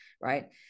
right